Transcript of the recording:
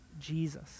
Jesus